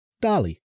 Dolly